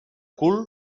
cul